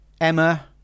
Emma